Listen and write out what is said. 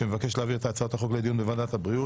שמבקשת להעביר את הצעת החוק לדיון בוועדת הבריאות.